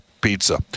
pizza